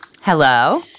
Hello